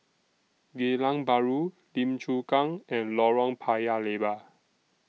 Geylang Bahru Lim Chu Kang and Lorong Paya Lebar